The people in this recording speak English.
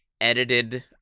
edited